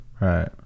right